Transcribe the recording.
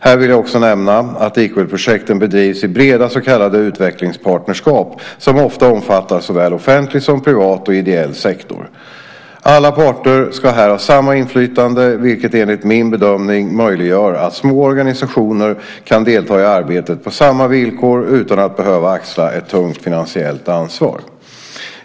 Här vill jag också nämna att Equalprojekten bedrivs i breda så kallade utvecklingspartnerskap, som oftast omfattar såväl offentlig som privat och ideell sektor. Alla partner ska här ha samma inflytande, vilket enligt min bedömning möjliggör att små organisationer kan delta i arbetet på samma villkor utan att behöva axla ett tungt finansiellt ansvar.